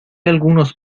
algunos